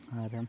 ᱟᱨ